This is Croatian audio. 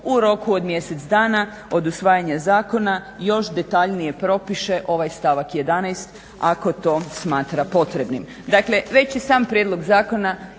u roku od mjesec dana od usvajanja zakona još detaljnije propiše ovaj stavak 11. ako to smatra potrebnim. Dakle već i sam prijedlog zakona